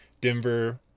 Denver